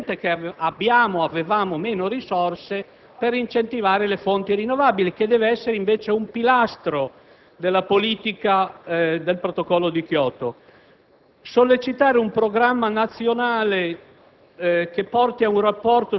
la necessità di riformare il sistema di incentivazione delle fonti rinnovabili, cui è connessa la revisione del cosiddetto CIP6. Infatti, nella misura in cui il vecchio CIP6 incentivava con risorse pubbliche sulla bolletta